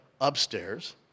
upstairs